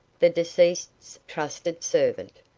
the deceased's trusted servant.